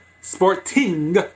Sporting